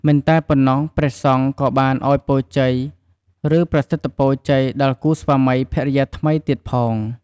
មិនតែប៉ុណ្ណោះព្រះសង្ឃក៏បានឲ្យពរជ័យ ឬប្រសិទ្ធពរជ័យ ដល់គូស្វាមីភរិយាថ្មីទៀតផង។